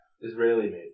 Israeli-made